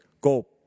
go